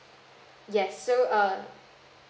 yes so uh